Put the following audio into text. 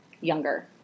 younger